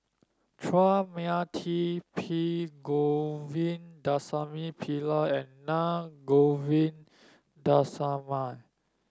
Chua Mia Tee P Govindasamy Pillai and Naa Govindasamy